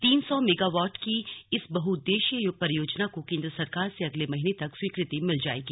तीन सौ megawatt की इस बहउद्देश्यीय परियोजना को केंद्र सरकार से अगले महीने तक स्वीकृति मिल जायेगी